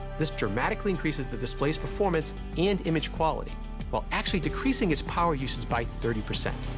this dramatically increases the display's performance and image quality while actually decreasing its power uses by thirty percent.